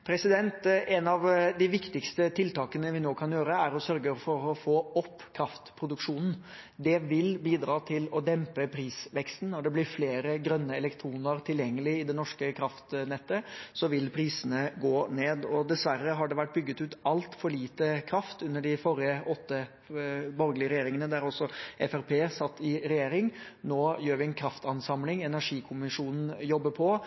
av de viktigste tiltakene vi nå kan gjøre, er å sørge for å få opp kraftproduksjonen. Det vil bidra til å dempe prisveksten. Når det blir flere grønne elektroner tilgjengelig i det norske kraftnettet, vil prisene gå ned. Dessverre har det blitt bygget ut altfor lite kraft de forrige åtte årene, under den borgerlige regjeringen der også Fremskrittspartiet satt. Nå gjør vi en kraftansamling. Energikommisjonen jobber på,